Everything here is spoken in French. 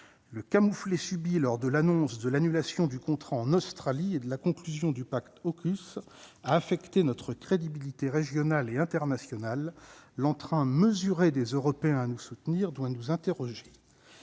le camouflet subi lors de l'annonce de l'annulation du contrat en Australie et de la conclusion du pacte AUKUS affecté notre crédibilité régionale et internationale, l'entrain mesuré des Européens à nous soutenir, doit nous interroger,